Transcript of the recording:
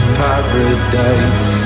paradise